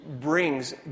brings